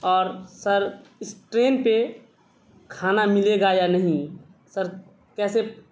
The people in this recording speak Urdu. اور سر اس ٹرین پہ کھانا ملے گا یا نہیں سر کیسے